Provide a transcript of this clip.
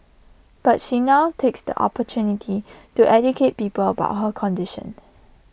but she now takes the opportunity to educate people about her condition